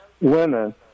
women